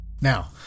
Now